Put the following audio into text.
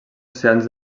oceans